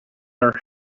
our